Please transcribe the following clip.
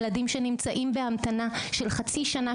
יש ילדים שנמצאים בהמתנה של חצי שנה,